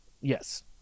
Yes